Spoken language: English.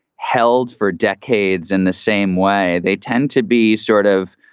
held for decades in the same way, they tend to be sort of,